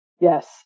yes